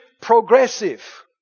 progressive